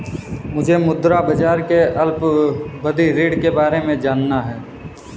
मुझे मुद्रा बाजार के अल्पावधि ऋण के बारे में जानना है